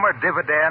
dividend